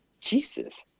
Jesus